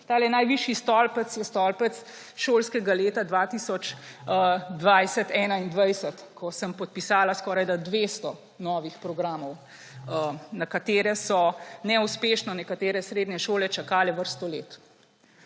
Tale najvišji stolpec je stolpec šolskega leta 2020/2021, ko sem podpisala skorajda 200 novih programov, na katere so neuspešno nekatere srednje šole čakale vrsto let.